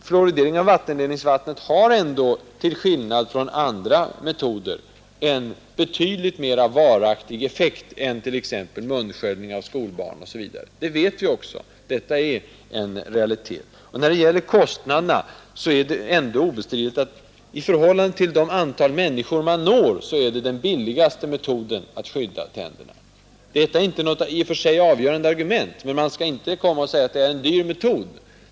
Fluoridering av vattenledningsvattnet har en betydligt mera varaktig effekt än t.ex. munsköljning av skolbarn. Detta är en realitet. När det gäller kostnaderna är det ostridigt att i förhållande till det antal människor man når vattenfluoridering är den billigaste metoden att skydda tänderna. Detta är inte i och för sig något avgörande argument, men man skall inte säga att det är en dyr metod.